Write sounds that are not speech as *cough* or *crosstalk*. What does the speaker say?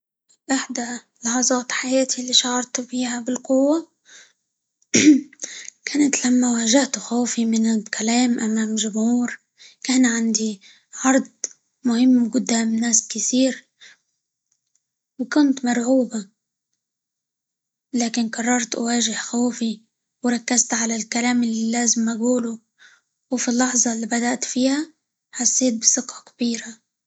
إحدى لحظات حياتي اللي شعرت بيها بالقوة *noise* كانت لما واجهت خوفي من الكلام أمام جمهور، كان عندي عرض مهم قدام ناس كثير، وكنت مرعوبة، لكن قررت أواجه خوفي، وركزت على الكلام اللي لازم أقوله، وفي اللحظة اللي بدأت فيها حسيت بثقة كبيرة.